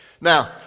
Now